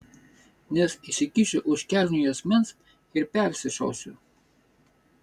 nes įsikišiu už kelnių juosmens ir persišausiu